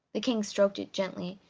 the king stroked it gently,